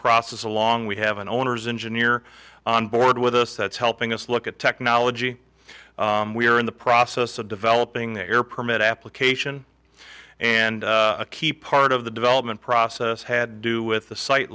process along we have an owners engineer on board with us that's helping us look at technology we're in the process of developing their permit application and a key part of the development process had to do with the site